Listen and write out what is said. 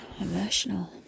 emotional